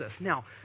Now